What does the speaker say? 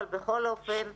אבל בכל אופן,